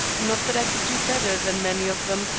not that i could do better than many of them,